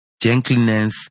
gentleness